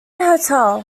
hotel